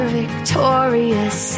victorious